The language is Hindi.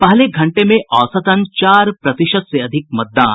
पहले घंटे में औसतन चार प्रतिशत से अधिक मतदान